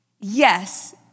Yes